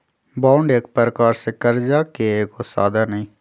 bond एक प्रकार से करजा के एगो साधन हइ